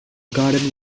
garden